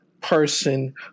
person